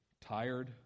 tired